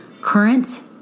current